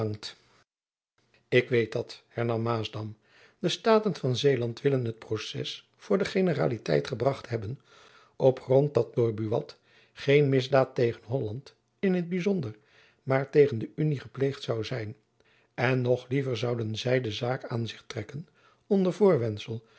ik weet dat hernam maasdam de staten van zeeland willen het proces voor de generaliteit gebracht hebben op grond dat door buat geen misdaad tegen holland in t byzonder maar tegen de unie gepleegd zoû zijn en nog liever zouden zy de zaak aan zich trekken onder voorwendsel